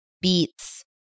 beats